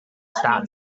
start